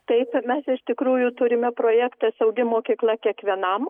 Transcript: taip mes iš tikrųjų turime projektą saugi mokykla kiekvienam